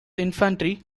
infantry